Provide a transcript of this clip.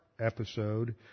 episode